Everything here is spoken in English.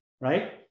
right